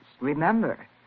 Remember